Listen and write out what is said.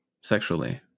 sexually